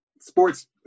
sports